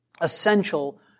essential